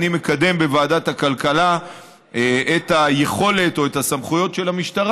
אני מקדם בוועדת הכלכלה את היכולת או את הסמכויות של המשטרה